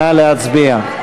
נא להצביע.